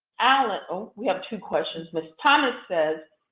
allen, oh we have two questions. ms. thomas says,